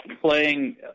playing